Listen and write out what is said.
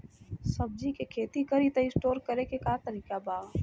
सब्जी के खेती करी त स्टोर करे के का तरीका बा?